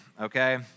Okay